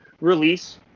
Release